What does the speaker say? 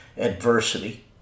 adversity